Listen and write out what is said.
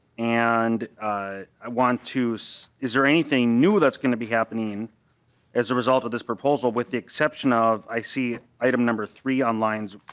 and i want to so is there anything new that's going to be happening as a result of this proposal with the exception of i see item number three line